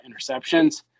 interceptions